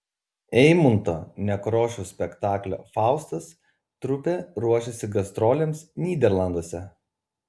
eimunto nekrošiaus spektaklio faustas trupė ruošiasi gastrolėms nyderlanduose